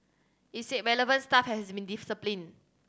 it said relevant staff has been disciplined